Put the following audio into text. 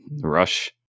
rush